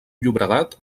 llobregat